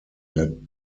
led